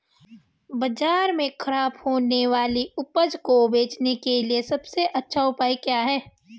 बाजार में खराब होने वाली उपज को बेचने के लिए सबसे अच्छा उपाय क्या हैं?